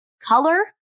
color